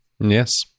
Yes